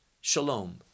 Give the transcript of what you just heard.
shalom